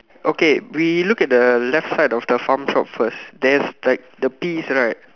okay we look at the left side of the pharm shop first there's like the peas right